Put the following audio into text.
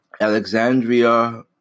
Alexandria